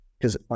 because-